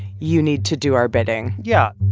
you need to do our bidding yeah